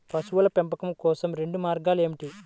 పశువుల పెంపకం కోసం రెండు మార్గాలు ఏమిటీ?